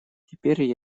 теперь